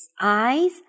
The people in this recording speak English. eyes